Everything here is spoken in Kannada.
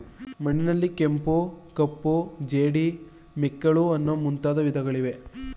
ಮಣ್ಣಿನಲ್ಲಿ ಕೆಂಪು, ಕಪ್ಪು, ಜೇಡಿ, ಮೆಕ್ಕಲು ಅನ್ನೂ ಮುಂದಾದ ವಿಧಗಳಿವೆ